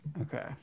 okay